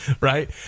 right